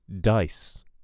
dice